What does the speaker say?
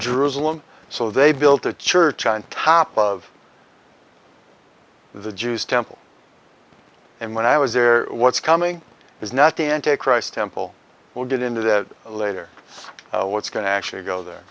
jerusalem so they built a church on top of the jews temple and when i was there what's coming is not the anti christ temple we'll get into that later what's going to actually go there